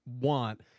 want